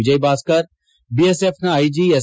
ವಿಜಯಭಾಸ್ಕರ್ ಬಿಎಸ್ಎಫ್ನ IG S